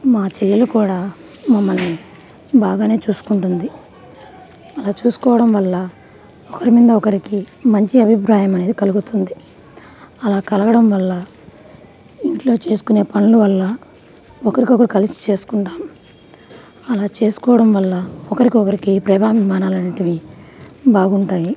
మా చెల్లెలు కూడా మమ్మల్ని బాగానే చూసుకుంటుంది అలా చూసుకోవడం వల్ల ఒకరి మీద ఒకరికి మంచి అభిప్రాయం అనేది కలుగుతుంది అలా కలగడం వల్ల ఇంట్లో చేసుకొనే పనుల వల్ల ఒకరికికొకరు కలిసి చేసుకుంటాము అలా చేసుకోవడం వల్ల ఒకరికొకరికి ప్రేమాభిమానాలు అనేవి బాగుంటాయి